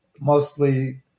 mostly